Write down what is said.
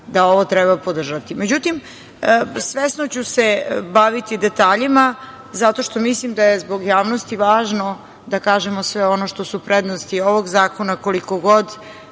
da ovo treba podržati.Međutim, svesno ću se baviti detaljima zato što mislim da je zbog javnosti važno da kažemo sve ono što su prednosti ovog zakona koliko god